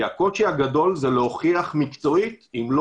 כי הקושי הגדול הוא להוכיח מקצועית אם לא